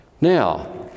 Now